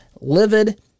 livid